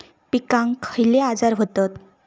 पिकांक खयले आजार व्हतत?